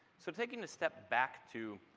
so taking a step back to,